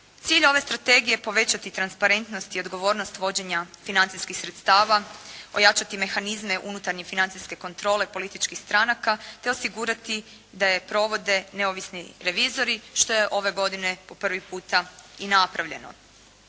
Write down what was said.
Cilj ove strategije je povećati transparentnost i odgovornost vođenja financijskih sredstava, ojačati mehanizme unutarnje financijske kontrole političkih stranka, te osigurati da je provode neovisni revizori što je ove godine po prvi puta i napravljeno.